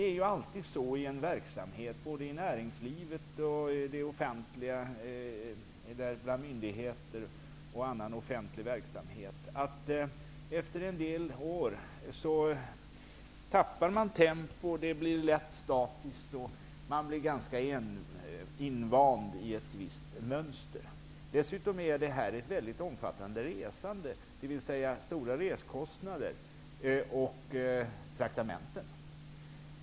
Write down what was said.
Det är alltid så i en verksamhet, både i näringslivet och hos myndigheter och annan offentlig verksamhet, att efter en del år tappar man tempo, det blir lätt statiskt och man blir ganska invand i ett visst mönster. Dessutom innebär det här ett mycket omfattande resande, dvs. det blir stora reskostnader och traktamenten.